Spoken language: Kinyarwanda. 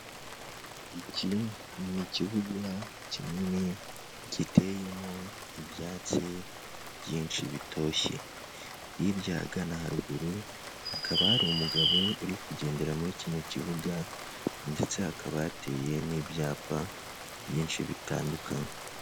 Iki ni ikibuga kinini giteyemo ibyatsi byinshi bitoshye, hirya ahagana haruguru hakaba hari umugabo uri kugendera muri kino kibuga, ndetse hakaba hateye n'ibyapa byinshi bitandukanye.